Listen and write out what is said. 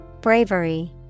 Bravery